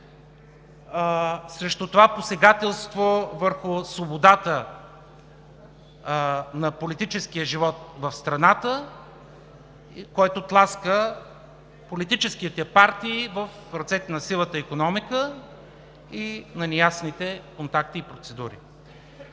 срещу това посегателство върху свободата на политическия живот в страната, който тласка политическите партии в ръцете на сивата икономика и на неясните контакти и процедури.